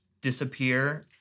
disappear